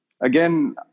Again